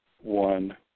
one